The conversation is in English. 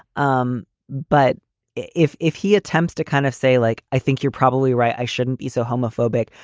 um but if if he attempts to kind of say, like, i think you're probably right, i shouldn't be so homophobic,